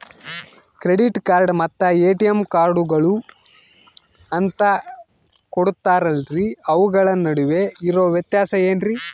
Credit card ಮತ್ತ ATM ಕಾರ್ಡುಗಳು ಅಂತಾ ಕೊಡುತ್ತಾರಲ್ರಿ ಅವುಗಳ ನಡುವೆ ಇರೋ ವ್ಯತ್ಯಾಸ ಏನ್ರಿ?